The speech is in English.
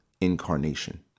Incarnation